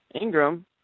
Ingram